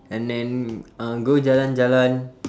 and then uh go jalan jalan